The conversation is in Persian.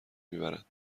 میبرد